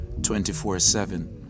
24-7